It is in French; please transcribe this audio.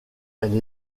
elle